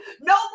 no